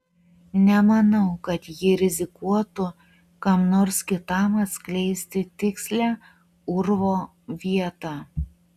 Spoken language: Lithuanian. nemanau kad ji rizikuotų kam nors kitam atskleisti tikslią urvo vietą